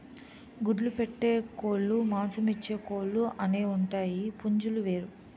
గుడ్లు పెట్టే కోలుమాంసమిచ్చే కోలు అనేవుంటాయి పుంజులు వేరు